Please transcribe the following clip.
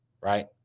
right